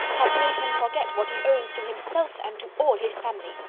have made him forget what he owes to himself and to all his family.